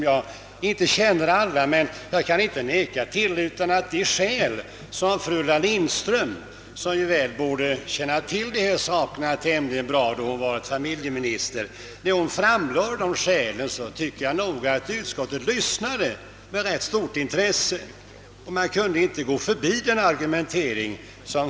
Jag känner inte till dem alla, men när fru Ulla Lindström — som bör känna till dessa saker ganska bra, eftersom hon har varit familjeminister — redogjorde för dem i utskottet, tyckte jag att ledamöterna lyssnade med stort intresse. Man kunde inte gå förbi hennes argument.